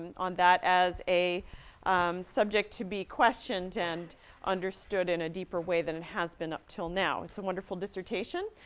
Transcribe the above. and on that as a subject to be questioned and understood in a deeper way than it has been up until now. it's a wonderful dissertation.